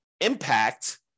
impact